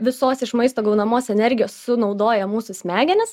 visos iš maisto gaunamos energijos sunaudoja mūsų smegenys